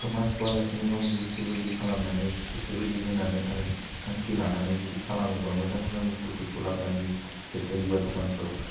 खोमा सुवा लासिनो गावनि गोसो बायदि खालामनानै गोसो बायदि होनानै आरो थांखि लानानै जुदि खालामोबा मोजां मोजां बुस्थुफोरखौ लाबोनानै देखायोबा दखानफोराव